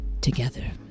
together